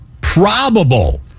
Probable